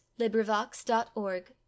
Librivox.org